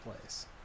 place